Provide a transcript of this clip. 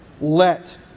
Let